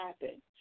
happen